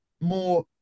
more